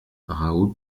raoul